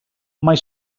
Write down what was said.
mai